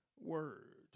word